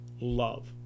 love